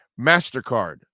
MasterCard